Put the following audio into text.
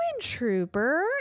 trooper